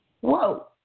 whoa